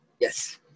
yes